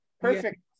Perfect